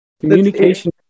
communication